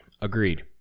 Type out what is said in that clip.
agreed